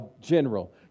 general